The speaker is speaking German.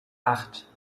acht